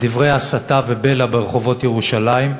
דברי הסתה ובלע ברחובות ירושלים,